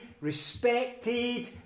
respected